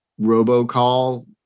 robocall